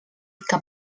que